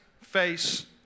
face